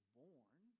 born